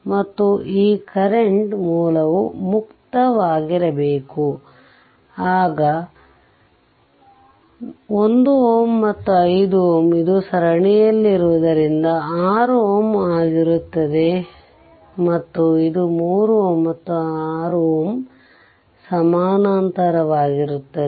ಮತ್ತು ಈ ಕರೆಂಟ್ಮೂಲವು ಮುಕ್ತವಾಗಿರಬೇಕು ಆಗ 1 Ω ಮತ್ತು 5 Ω ಇದು ಸರಣಿಯಲ್ಲಿದರಿಂದ 6 Ω ಆಗಿರುತ್ತದೆ ಮತ್ತು ಇದು 3 Ω ಮತ್ತು 6 Ω ಸಮಾನಾಂತರವಾಗಿರುತ್ತವೆ